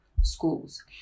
schools